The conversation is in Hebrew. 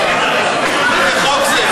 איזה חוק זה,